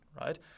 right